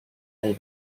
del